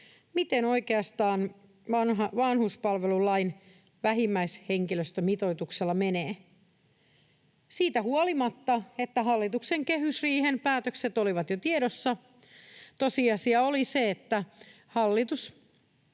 miten oikeastaan vanhuspalvelulain vähimmäishenkilöstömitoituksella menee. Siitä huolimatta, että hallituksen kehysriihen päätökset olivat jo tiedossa, tosiasia oli se, että hallituksen